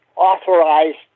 authorized